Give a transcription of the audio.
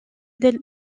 del